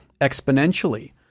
exponentially